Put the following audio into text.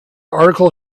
article